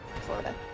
Florida